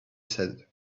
said